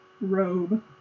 robe